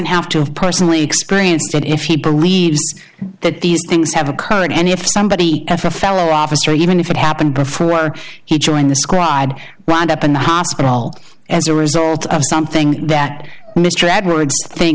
have to have personally experienced that if he believes that these things have occurred and if somebody's a fellow officer even if it happened before he joined the scribed round up in the hospital as a result of something that mr edwards think